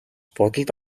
бодолд